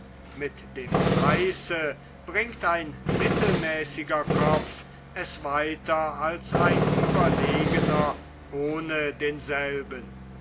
mit dem fleiße bringt ein mittelmäßiger kopf es weiter als ein überlegener ohne denselben